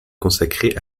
consacrer